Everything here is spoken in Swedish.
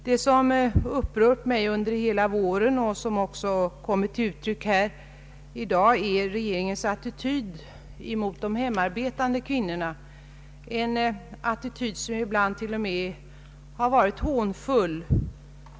Det som upprört mig under hela våren och som också kommit till uttryck här i dag är regeringens attityd emot de hemarbetande kvinnorna, en attityd som ibland till och med varit hånfull.